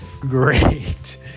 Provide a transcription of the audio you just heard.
Great